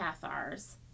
Cathars